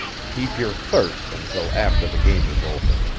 keep your thirst until after the game is over.